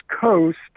Coast